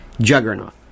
juggernaut